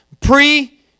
pre